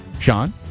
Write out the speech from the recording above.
Sean